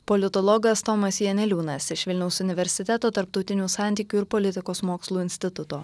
politologas tomas janeliūnas iš vilniaus universiteto tarptautinių santykių ir politikos mokslų instituto